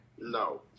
No